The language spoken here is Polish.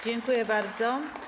Dziękuję bardzo.